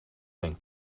mijn